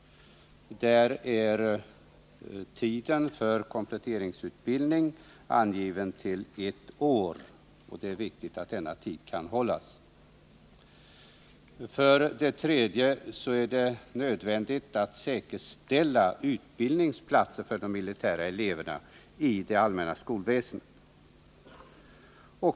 Tiden för kompletteringsutbildning är angiven till ett år. Det är viktigt att den tidsramen icke överskrids. För det tredje är det nödvändigt att säkerställa utbildningsplatser för de militära eleverna i det allmänna skolväsendet.